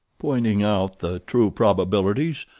pointing out the true probabilities,